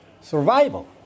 survival